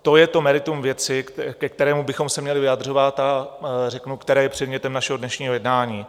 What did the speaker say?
To je to meritum věci, ke kterému bychom se měli vyjadřovat a které je předmětem našeho dnešního jednání.